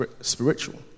spiritual